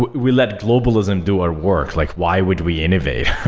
we let globalism do our work. like why would we innovate?